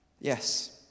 Yes